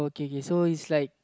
okay okay so it's like